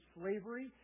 slavery